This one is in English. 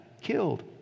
killed